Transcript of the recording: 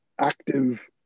active